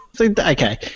Okay